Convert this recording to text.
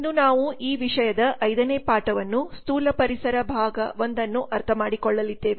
ಇಂದು ನಾವು ಈ ವಿಷಯದ ಐದನೇ ಪಾಠವನ್ನು ಸ್ಥೂಲ ಪರಿಸರ ಭಾಗ 1 ಅನ್ನು ಅರ್ಥಮಾಡಿಕೊಳ್ಳಲಿದ್ದೇವೆ